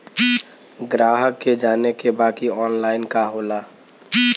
ग्राहक के जाने के बा की ऑनलाइन का होला?